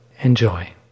Enjoy